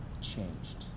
changed